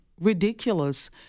ridiculous